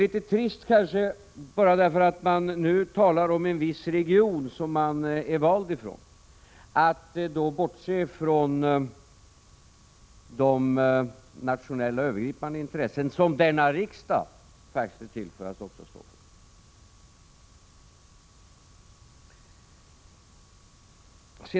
Det är kanske litet trist att ni nu bara talar om en viss region, den som ni är valda ifrån, och bortser från de nationella övergripande intressen som denna riksdag faktiskt är till för att bevaka.